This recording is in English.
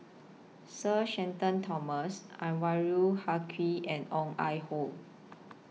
Sir Shenton Thomas Anwarul Haque and Ong Ah Hoi